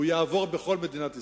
הוא יעבור בכל מדינת ישראל.